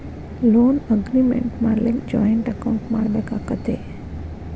Loan agreement ಮಾಡ್ಲಿಕ್ಕೆ joint account ಮಾಡ್ಬೆಕಾಕ್ಕತೇ?